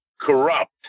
corrupt